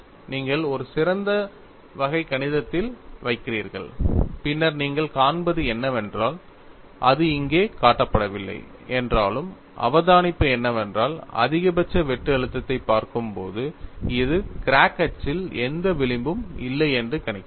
நீங்கள் ஒரு சிறந்த வகை கணிதத்தில் வைக்கிறீர்கள் பின்னர் நீங்கள் காண்பது என்னவென்றால் அது இங்கே காட்டப்படவில்லை என்றாலும் அவதானிப்பு என்னவென்றால் அதிகபட்ச வெட்டு அழுத்தத்தைப் பார்க்கும்போது இது கிராக் அச்சில் எந்த விளிம்பும் இல்லை என்று கணிக்கிறது